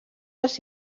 els